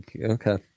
Okay